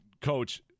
Coach